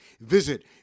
Visit